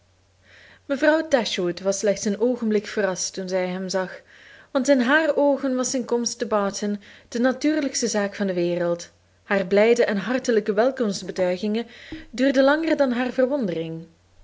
mevrouw dashwood was slechts een oogenblik verrast toen zij hem zag want in haar oogen was zijn komst te barton de natuurlijkste zaak van de wereld haar blijde en hartelijke welkomstbetuigingen duurden langer dan haar verwondering